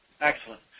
excellent